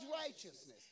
righteousness